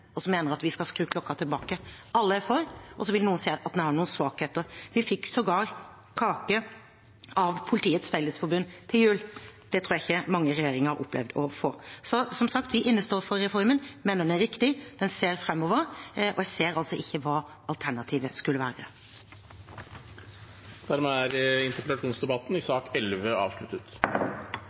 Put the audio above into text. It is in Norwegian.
og som mener vi skal skru klokka tilbake. Alle er for, og så vil noen si at den har noen svakheter. Vi fikk sågar kake av Politiets Fellesforbund til jul. Det tror jeg ikke mange regjeringer har opplevd å få. Så som sagt: Vi innestår for reformen, vi mener den er riktig, men ser framover. Og jeg ser altså ikke hva alternativet skulle være. Dermed er interpellasjonsdebatten i sak nr. 11 avsluttet.